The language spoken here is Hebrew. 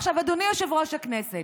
עכשיו, אדוני יושב-ראש הכנסת,